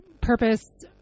purpose –